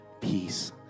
peace